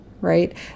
right